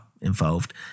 involved